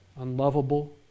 unlovable